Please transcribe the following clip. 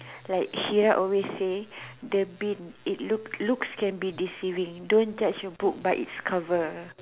like Insyirah always say the lo~ lo~ looks can be deceiving don't judge a book by its cover